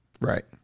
Right